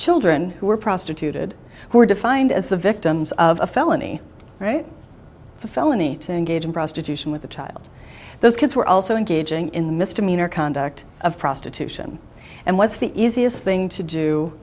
children who were prostituted were defined as the victims of a felony right it's a felony to engage in prostitution with a child those kids were also engaging in the misdemeanor conduct of prostitution and what's the easiest thing to do